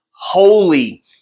holy